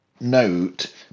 note